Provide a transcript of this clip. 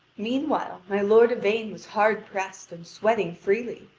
meanwhile, my lord yvain was hard pressed and sweating freely,